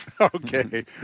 Okay